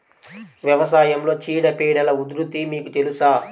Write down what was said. వ్యవసాయంలో చీడపీడల ఉధృతి మీకు తెలుసా?